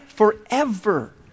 forever